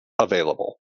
available